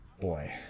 boy